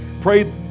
Pray